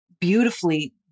beautifully